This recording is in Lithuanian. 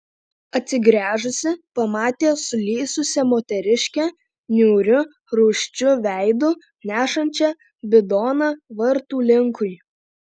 atsigręžusi pamatė sulysusią moteriškę niūriu rūsčiu veidu nešančią bidoną vartų linkui